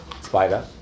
Spider